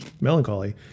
Melancholy